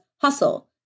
hustle